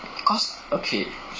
cause okay